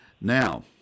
Now